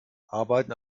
arbeiten